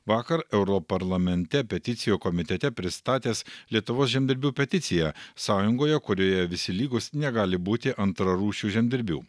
vakar europarlamente peticijų komitete pristatęs lietuvos žemdirbių peticiją sąjungoje kurioje visi lygūs negali būti antrarūšių žemdirbių